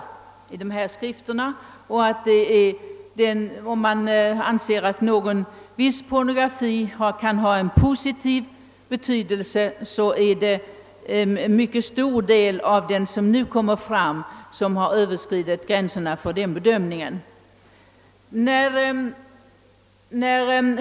Även om man skulle anse att vissa former av pornografi kan ha en positiv inverkan, måste en mycket stor del av de produkter som nu utges sägas ligga utanför gränserna för denna kategori av skrifter.